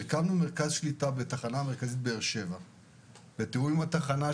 הרכבנו מרכז שליטה בתחנה מרכזית באר שבע בתיאום עם התחנה,